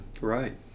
right